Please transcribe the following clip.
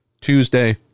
Tuesday